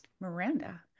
Miranda